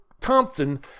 Thompson